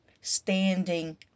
standing